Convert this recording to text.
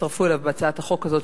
שהצטרפו אליו בהצעת החוק הזאת,